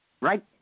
Right